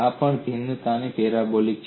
આ પણ ભિન્નતા પેરાબોલિક છે